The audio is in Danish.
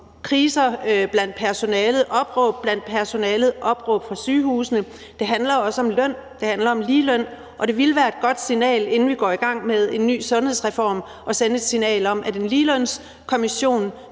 kriser blandt personalet, opråb blandt personalet, opråb fra sygehusene. Det handler også om løn. Det handler om ligeløn, og det ville være godt, inden vi går i gang med en ny sundhedsreform, at sende et signal om, at en Ligelønskommission